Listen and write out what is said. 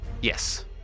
yes